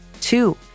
Two